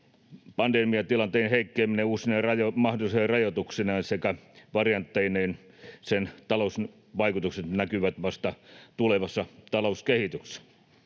pandemiatilanteen heikkenemisen, uusine mahdollisine rajoituksineen sekä variantteineen, talousvaikutukset näkyvät vasta tulevassa talouskehityksessä.